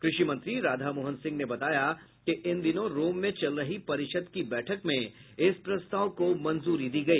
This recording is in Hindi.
कृषि मंत्री राधामोहन सिंह ने बताया कि इन दिनों रोम में चल रही परिषद् की बैठक में इस प्रस्ताव को मंजूरी दी गई